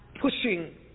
pushing